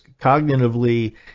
cognitively